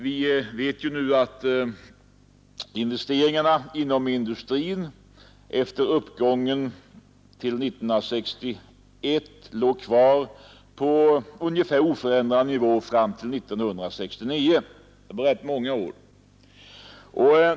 Vi vet nu att investeringarna inom industrin efter uppgången till 1961 låg kvar på ungefär oförändrad nivå fram till 1969. Det blir rätt många år.